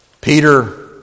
Peter